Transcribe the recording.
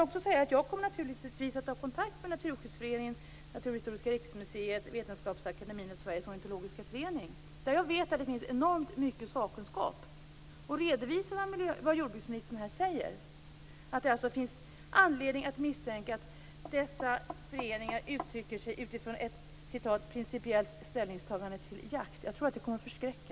Jag kommer naturligtvis att ta kontakt med Naturskyddsföreningen, Naturhistoriska riksmuseet, Vetenskapsakademien och Sveriges ornitologiska förening, där jag vet att det finns enormt mycket sakkunskap, och redovisa vad jordbruksministern här säger, dvs. att det finns anledning att misstänka att dessa föreningar uttrycker sig utifrån ett "principiellt ställningstagande till jakt". Jag tror att det kommer att förskräcka.